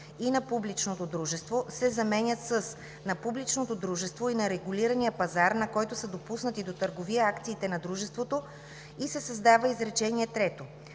„и на публичното дружество” се заменят с „на публичното дружество и на регулирания пазар, на който са допуснати до търговия акциите на дружеството” и се създава изречение